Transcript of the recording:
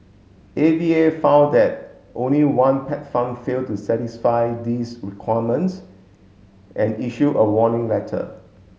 A V A found that only one pet farm failed to satisfy these requirements and issue a warning letter